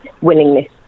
willingness